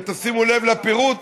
ותשימו לב לפירוט,